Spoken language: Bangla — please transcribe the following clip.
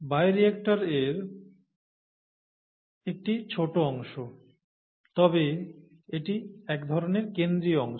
বায়োরিয়্যাক্টর এর একটি ছোট অংশ তবে এটি এক ধরনের কেন্দ্রীয় অংশ